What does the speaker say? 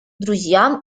друзьям